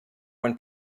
when